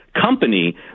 company